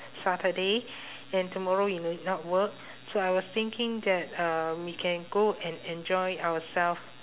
saturday and tomorrow you need not work so I was thinking that um we can go and enjoy ourself